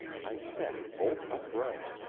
i sat bolt upright.